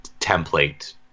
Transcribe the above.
template